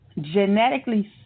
genetically